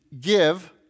give